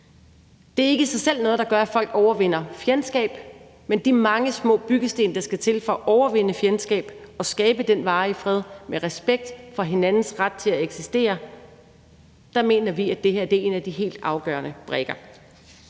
Det er ikke i sig selv noget, der gør, at folk overvinder fjendskab, men det er nogle af de mange små byggesten, der skal til for at overvinde fjendskab og skabe den varige fred med respekt for hinandens ret til at eksistere, og vi mener, at det her er en af de helt afgørende brikker.